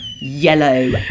yellow